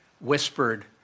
whispered